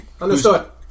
Understood